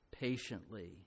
patiently